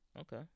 Okay